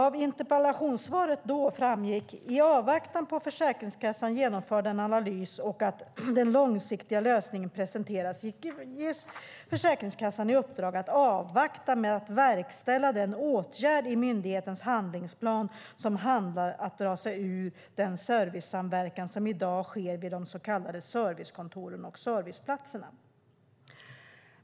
Av interpellationssvaret framgick: "I avvaktan på att Försäkringskassan genomför den analysen och den långsiktiga lösningen presenterats ges Försäkringskassan i uppdrag att avvakta med att verkställa den åtgärd i myndighetens handlingsplan som handlar om att dra sig ur den servicesamverkan som i dag sker vid de så kallade servicekontoren och serviceplatserna."